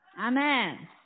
Amen